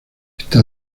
está